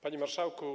Panie Marszałku!